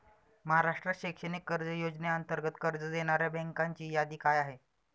महाराष्ट्र शैक्षणिक कर्ज योजनेअंतर्गत कर्ज देणाऱ्या बँकांची यादी काय आहे?